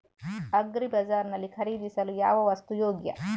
Agri ಬಜಾರ್ ನಲ್ಲಿ ಖರೀದಿಸಲು ಯಾವ ವಸ್ತು ಯೋಗ್ಯ?